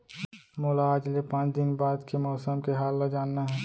मोला आज ले पाँच दिन बाद के मौसम के हाल ल जानना हे?